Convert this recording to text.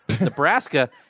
Nebraska